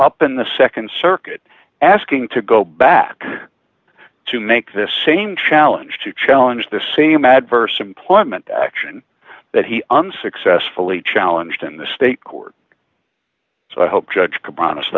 up in the nd circuit asking to go back to make the same challenge to challenge the same adverse employment action that he unsuccessfully challenged in the state court so i hope judge can promise